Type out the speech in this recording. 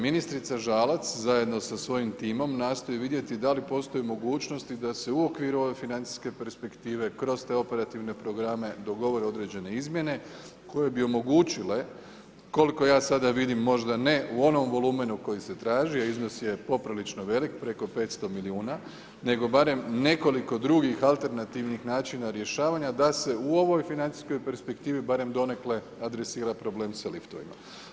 Ministrica Žalac zajedno sa svojim timom nastoji vidjeti da li postoje mogućnosti da se u okviru ove financijske perspektive kroz te operativne programe dogovore određene izmjene koje bi omogućile koliko ja sada vidim možda ne u onom volumenu koji se traži, a iznos je poprilično velik, preko 500 milijuna nego barem nekoliko drugih alternativnih načina rješavanja da se u ovoj financijskoj perspektivi barem donekle adresira problem sa liftovima.